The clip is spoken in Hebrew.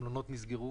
המלונות נסגרו